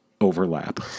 overlap